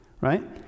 Right